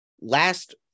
Last